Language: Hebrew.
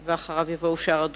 ואחריו יבואו שאר הדוברים.